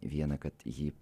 viena kad ji